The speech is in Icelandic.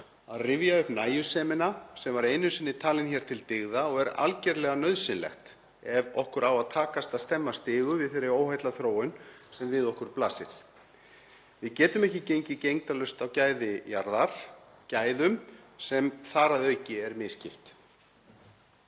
að rifja upp nægjusemina sem var einu sinni talin hér til dyggða og er algerlega nauðsynleg ef okkur á að takast að stemma stigu við þeirri óheillaþróun sem við okkur blasir. Við getum ekki gengið gegndarlaust á gæði jarðar, gæðum sem þar að auki er misskipt.